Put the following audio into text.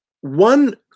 one